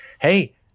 Hey